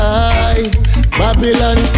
Babylon